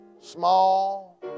small